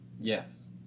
Yes